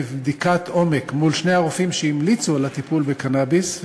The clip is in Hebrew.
בבדיקת עומק מול שני הרופאים שהמליצו על הטיפול בקנאביס,